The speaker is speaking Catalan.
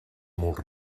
molt